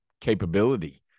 capability